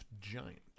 giant